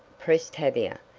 pressed tavia.